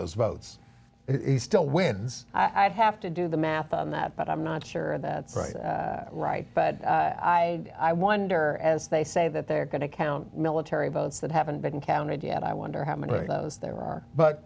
those votes he still wins i'd have to do the math on that but i'm not sure that's right but i i wonder as they say that they're going to count military votes that haven't been counted yet i wonder how many of those there are but